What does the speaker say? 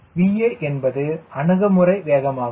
VA என்பது அணுகுமுறை வேகமாகவும்